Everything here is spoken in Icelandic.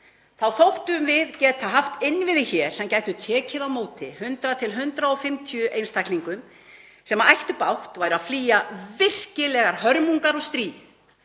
árum geta haft innviði hér sem gætu tekið á móti 100–150 einstaklingum sem ættu bágt, væru að flýja virkilegar hörmungar og stríð,